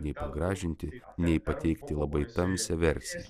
nei pagražinti nei pateikti labai tamsią versiją